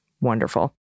Wonderful